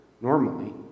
normally